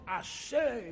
ashamed